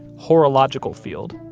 horological field,